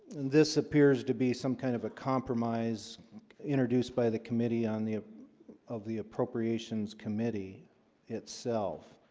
this appears to be some kind of a compromise introduced by the committee on the of the appropriations committee itself